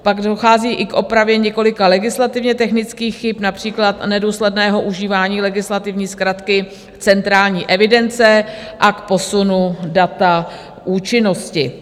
Pak dochází i k opravě několika legislativně technických chyb, například nedůsledného užívání legislativní zkratky centrální evidence, a k posunu data účinnosti.